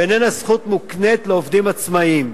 ואיננה זכות מוקנית לעובדים עצמאים.